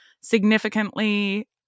significantly